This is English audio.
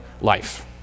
life